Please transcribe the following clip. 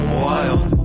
wild